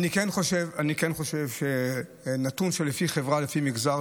אני לא רוצה לפגוע בכבודם.